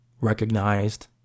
recognized